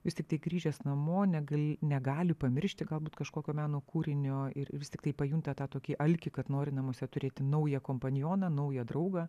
vis tiktai grįžęs namo negal negali pamiršti galbūt kažkokio meno kūrinio ir ir vis tiktai pajunta tą tokį alkį kad nori namuose turėti naują kompanioną naują draugą